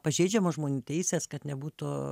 pažeidžiamos žmonių teisės kad nebūtų